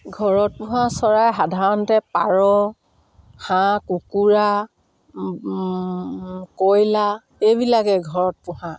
ঘৰত পোহা চৰাই সাধাৰণতে পাৰ হাঁহ কুকুৰা কইলাৰ এইবিলাকে ঘৰত পোহা